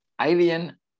alien